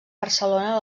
barcelona